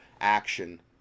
action